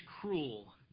cruel